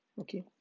okay